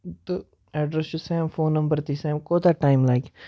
تہٕ ایڈرَس چھُ same phone number تہِ چھُ سیم کوتاہ ٹایم لَگہِ